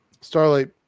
Starlight